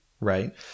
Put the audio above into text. right